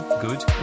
Good